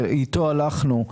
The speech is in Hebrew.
ואיתו הלכנו,